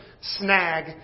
snag